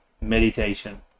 meditation